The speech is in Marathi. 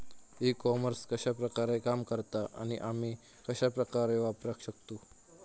ई कॉमर्स कश्या प्रकारे काम करता आणि आमी कश्या प्रकारे वापराक शकतू?